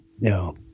No